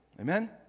Amen